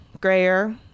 grayer